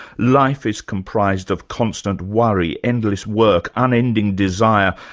life is comprised of constant worry, endless work, unending desire,